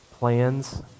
plans